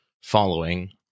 following